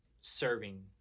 serving